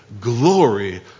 glory